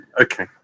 okay